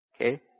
okay